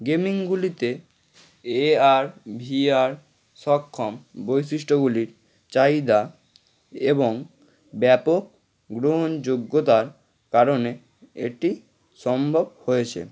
গেমিংগুলিতে AR VR সক্ষম বৈশিষ্ট্যগুলির চাহিদা এবং ব্যাপক গ্রহণযোগ্যতার কারণে এটি সম্ভব হয়েছে